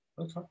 okay